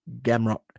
Gamrot